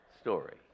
story